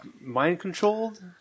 mind-controlled